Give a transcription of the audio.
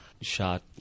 shot